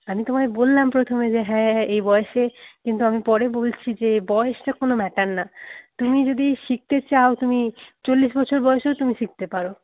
আমি তোমায় বললাম প্রথমে যে হ্যাঁ এ বয়সে কিন্তু আমি পরে বলছি যে বয়সটা কোনও ম্যাটার না তুমি যদি শিখতে চাও তুমি চল্লিশ বছর বয়সেও তুমি শিখতে পারো